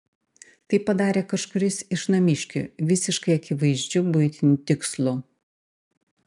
tai padarė kažkuris iš namiškių visiškai akivaizdžiu buitiniu tikslu